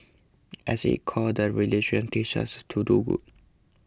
at its core the religion teaches to do good